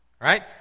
right